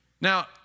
Now